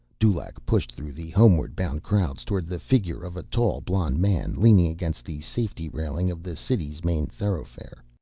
dulaq pushed through the homeward-bound crowds toward the figure of a tall, blond man leaning against the safety railing of the city's main thoroughfare.